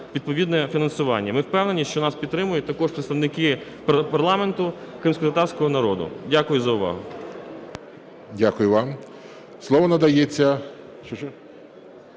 Дякую за увагу.